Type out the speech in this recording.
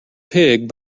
pig